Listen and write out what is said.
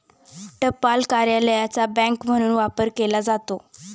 टपाल कार्यालयाचा बँक म्हणून वापर केला जातो